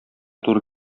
туры